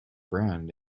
brand